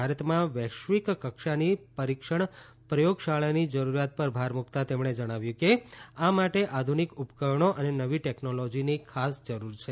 ભારતમાં વૈશ્વિક કક્ષાની પરિક્ષણ પ્રથોગશાળાની જરૂરિયાત પર ભાર મૂકતાં તેમણે જણાવ્યું કે આ માટે આધુનિક ઉપકરણો અને નવી ટેકનોલોજીની ખાસ જરૂર છે